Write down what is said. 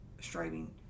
striving